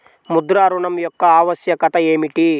ముద్ర ఋణం యొక్క ఆవశ్యకత ఏమిటీ?